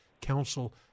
Council